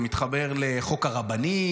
זה מתחבר לחוק הרבנים.